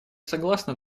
согласно